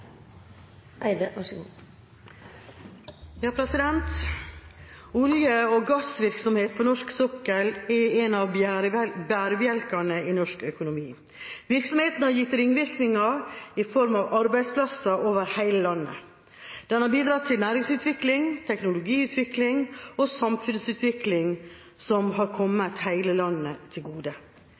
av bærebjelkene i norsk økonomi. Virksomheten har gitt ringvirkninger i form av arbeidsplasser over hele landet. Den har bidratt til næringsutvikling, teknologiutvikling og samfunnsutvikling som har kommet hele landet til gode.